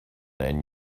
and